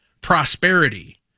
prosperity